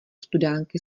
studánky